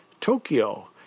tokyo